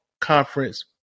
conference